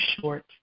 short